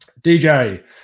DJ